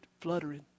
fluttering